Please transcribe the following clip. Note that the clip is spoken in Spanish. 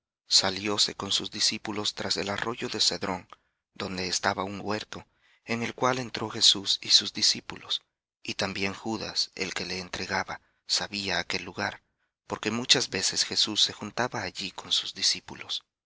cosas salióse con sus discípulos tras el arroyo de cedrón donde estaba un huerto en el cual entró jesús y sus discípulos y también judas el que le entregaba sabía aquel lugar porque muchas veces jesús se juntaba allí con sus discípulos